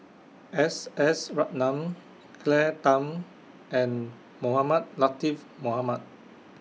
S S Ratnam Claire Tham and Mohamed Latiff Mohamed